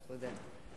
תודה.